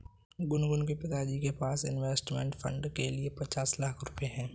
गुनगुन के पिताजी के पास इंवेस्टमेंट फ़ंड के लिए पचास लाख रुपए है